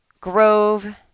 Grove